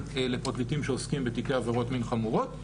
לפרקליטים שעוסקים בתיקי עבירות מין חמורות,